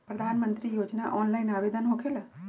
प्रधानमंत्री योजना ऑनलाइन आवेदन होकेला?